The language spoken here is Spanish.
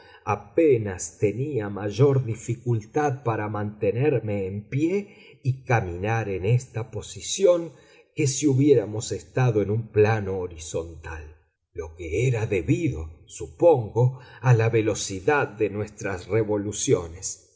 apenas tenía mayor dificultad para mantenerme en pie y caminar en esta posición que si hubiéramos estado en un plano horizontal lo que era debido supongo a la velocidad de nuestras revoluciones